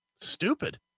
Stupid